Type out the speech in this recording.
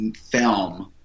film